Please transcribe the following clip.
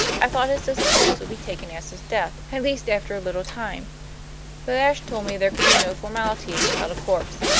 i thought his disappearance would be taken as his death, at least after a little time but ashe told me there could be no formalities without a corpse.